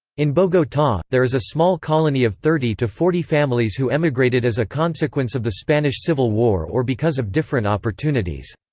in bogota, there is a small colony of thirty to forty families who emigrated as a consequence of the spanish civil war or because of different opportunities.